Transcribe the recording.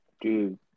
Dude